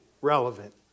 relevant